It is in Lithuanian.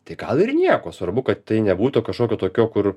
tai gal ir nieko svarbu kad tai nebūtų kažkokio tokio kur